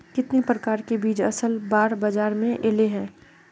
कितने प्रकार के बीज असल बार बाजार में ऐले है?